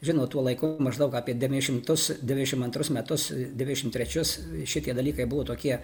žinot tuo laiku maždaug apie devyniasdešimtus dvidešimt antrus metus dvidešimt trečius šitie dalykai buvo tokie